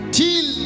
till